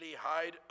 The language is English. hide